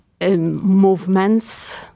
movements